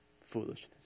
foolishness